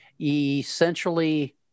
essentially